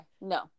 no